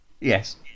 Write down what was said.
Yes